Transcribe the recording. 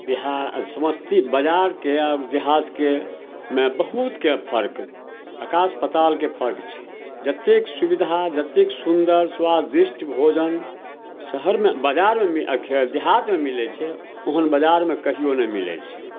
बिहा समस्ती बजारके आओर देहातके मे बहुतके फर्क आकाश पतालके फर्क छै जतेक सुविधा जतेक सुन्दर सुआदिष्ट भोजन शहरमे बजारमे देहातमे मिलै छै ओहन बजारमे कहिओ नहि मिलै छै